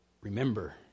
remember